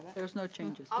there's no changes.